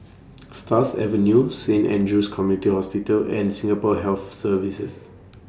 Stars Avenue Saint Andrew's Community Hospital and Singapore Health Services